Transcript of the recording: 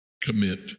commit